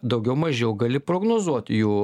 daugiau mažiau gali prognozuot jų